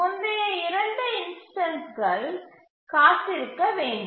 முந்தைய 2 இன்ஸ்டன்ஸ்கள் காத்திருக்க வேண்டும்